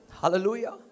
Hallelujah